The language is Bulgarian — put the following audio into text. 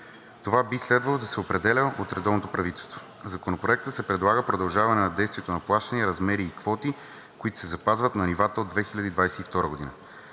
Това би следвало да се определя от редовно правителство. В Законопроекта се предлага продължаване действието на плащания, размери и квоти, които се запазват на нивата от 2022 г.